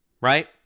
right